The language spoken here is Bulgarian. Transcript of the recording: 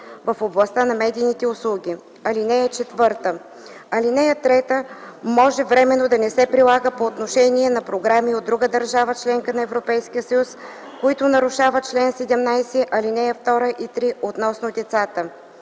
в областта на медийните услуги. (4) Алинея 3 може временно да не се прилага по отношение на програми от друга държава – членка на Европейския съюз, които нарушават чл. 17, ал. 2 и 3 относно децата.